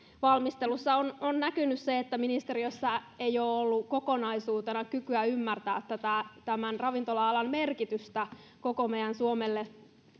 valmistelussa on on näkynyt se että ministeriössä ei ole ole ollut kokonaisuutena kykyä ymmärtää tätä ravintola alan merkitystä koko meidän suomelle